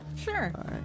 Sure